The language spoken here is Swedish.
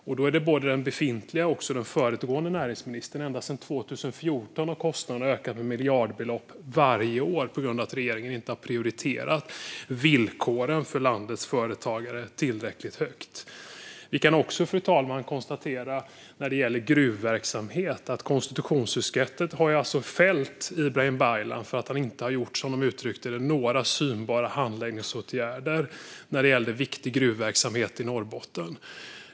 Det gäller både den befintliga och den föregående näringsministern - ända sedan 2014 har kostnaderna ökat med miljardbelopp varje år på grund av att regeringen inte har prioriterat villkoren för landets företagare tillräckligt högt. Vi kan också, fru talman, konstatera när det gäller gruvverksamhet att konstitutionsutskottet har fällt Ibrahim Baylan för att han inte har vidtagit, som de uttryckte det, några synbara handläggningsåtgärder när det gäller viktig gruvverksamhet i Norrbotten.